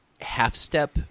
half-step